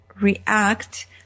react